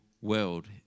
world